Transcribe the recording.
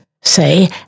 say